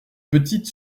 petite